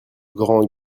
grands